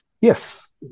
Yes